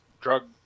drug